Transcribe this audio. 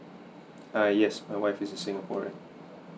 err yes my wife is singaporean